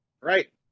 Right